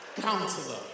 Counselor